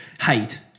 hate